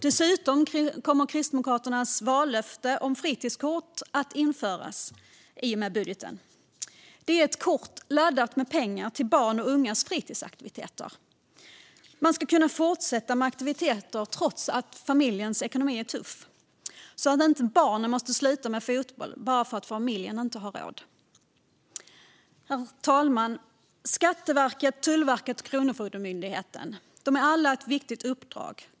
Dessutom kommer Kristdemokraternas vallöfte om ett fritidskort nu att införas i och med budgeten. Det är ett kort laddat med pengar till barns och ungas fritidsaktiviteter. Man ska kunna fortsätta med aktiviteter trots att familjens ekonomi är tuff, så att inte barnen måste sluta med fotbollen för att familjen inte har råd. Herr talman! Skatteverket, Tullverket och Kronofogdemyndigheten har alla ett viktigt uppdrag.